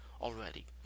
already